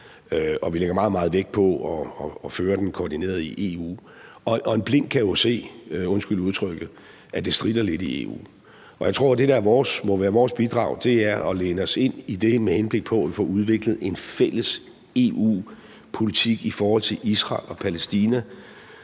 og vi lægger rigtig meget vægt på at føre den koordineret i EU. En blind kan jo se – undskyld udtrykket – at det stritter lidt i EU. Jeg tror, at det, der må være vores bidrag, er at læne os ind i det, med henblik på at vi får udviklet en fælles EU-politik i forhold til Israel og Palæstina,